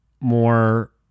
more